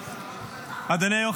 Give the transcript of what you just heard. היו"ר,